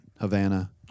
Havana